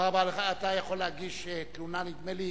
אתה יכול להגיש תלונה, נדמה לי.